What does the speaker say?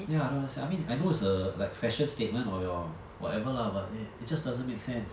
ya I don't understand I mean I know it's a like a fashion statement or your whatever lah but it just doesn't make sense